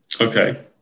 Okay